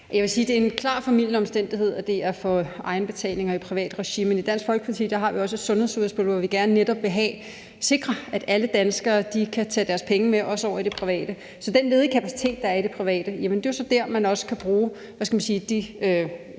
det er en klart formildende omstændighed, at det er for egenbetaling og i privat regi. Men i Dansk Folkeparti har vi også et sundhedsudspil, hvor vi gerne netop vil sikre, at alle danskere kan tage deres penge med også over i det private. Så den ledige kapacitet, der er i det private, er jo så der, man også kan bruge de